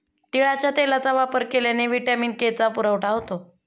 तिळाच्या तेलाचा वापर केल्याने व्हिटॅमिन के चा पुरवठा होतो